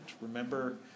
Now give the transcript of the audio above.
Remember